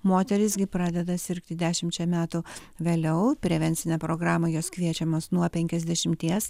moterys gi pradeda sirgti dešimčia metų vėliau prevencinę programą jos kviečiamos nuo penkiasdešimties